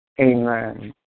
Amen